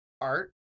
Art